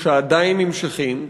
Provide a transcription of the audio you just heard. שעדיין נמשכים.